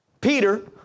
Peter